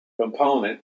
component